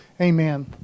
Amen